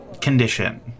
condition